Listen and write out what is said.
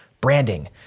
branding